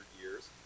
years